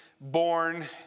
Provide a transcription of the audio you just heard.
born